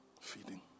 feeding